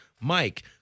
Mike